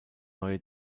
neue